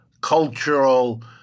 cultural